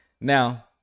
now